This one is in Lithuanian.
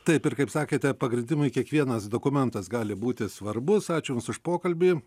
taip ir kaip sakėte pagrindimui kiekvienas dokumentas gali būti svarbus ačiū jums už pokalbį